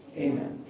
amen.